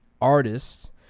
artists